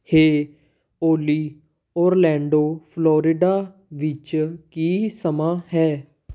ਹੇ Ollie Orlando Florida ਵਿੱਚ ਕੀ ਸਮਾਂ ਹੈ